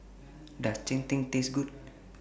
Does Cheng Tng Taste Good